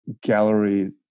gallery